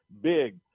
big